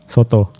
Soto